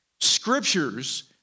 scriptures